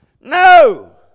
No